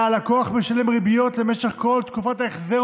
אלא הלקוח משלם ריביות במשך כל תקופת ההחזר,